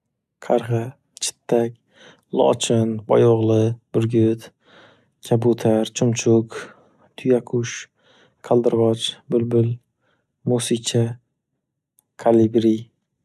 Qargʻa, chittak, lochin, boyog'li, burgut, kabutar, chumchuk, tuyakush, kaldirg'och, bulbul, musicha, kalibriy.